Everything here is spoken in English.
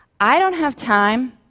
i don't have time,